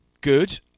good